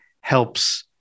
helps